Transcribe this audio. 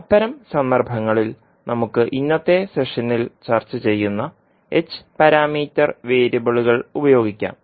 അത്തരം സന്ദർഭങ്ങളിൽ നമുക്ക് ഇന്നത്തെ സെഷനിൽ ചർച്ച ചെയ്യുന്ന h പാരാമീറ്റർ വേരിയബിളുകൾ ഉപയോഗിക്കാം